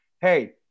hey